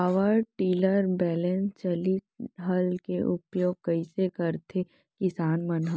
Power tiller बैलेंस चालित हल के उपयोग कइसे करथें किसान मन ह?